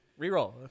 Reroll